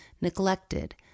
neglected